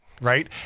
right